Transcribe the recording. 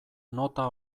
nota